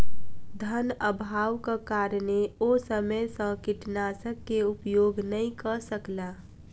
धनअभावक कारणेँ ओ समय सॅ कीटनाशक के उपयोग नै कअ सकला